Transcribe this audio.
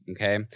okay